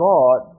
God